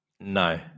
No